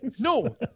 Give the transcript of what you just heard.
No